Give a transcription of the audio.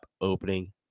opening